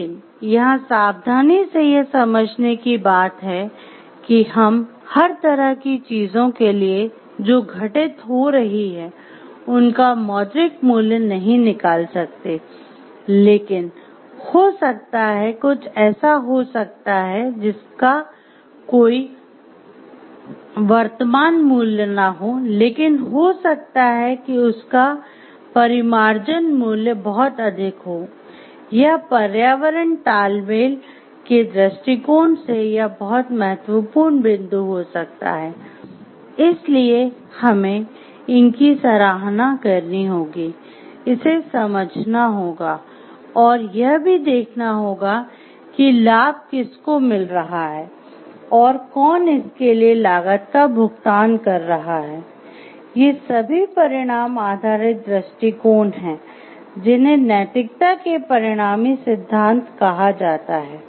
लेकिन यहाँ सावधानी से यह समझने की बात है कि हम हर तरह की चीजों के लिए जो घटित हो रही है उनका मौद्रिक मूल्य नहीं निकाल सकते लेकिन हो सकता है कुछ ऐसा हो सकता है जिसका कोई वर्तमान मूल्य न हो लेकिन हो सकता है कि उसका परिमार्जन मूल्य कहा जाता है